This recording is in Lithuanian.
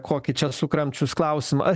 kokį čia sukramčius klausimą